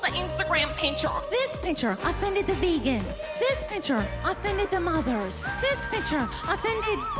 like instagram picture. this picture offended the vegans. this picture offended the mothers. this picture offended.